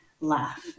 laugh